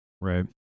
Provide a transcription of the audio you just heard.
Right